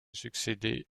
succéder